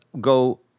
go